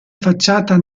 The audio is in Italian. facciata